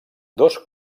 dos